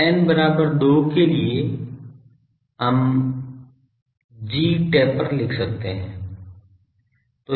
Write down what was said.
तो यह n बराबर 2 के लिए हम लिख gtaper सकते हैं